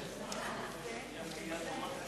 אדוני היושב-ראש,